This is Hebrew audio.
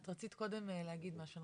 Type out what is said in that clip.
את רצית קודם להגיד משהו.